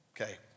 Okay